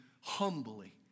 humbly